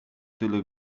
tyle